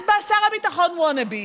אז בא השר הביטחון wannabe,